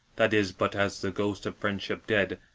that is but as the ghost of friendship dead,